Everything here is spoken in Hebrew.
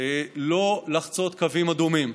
לא לחצות קווים אדומים.